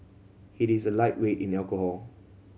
he is a lightweight in alcohol